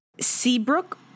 Seabrook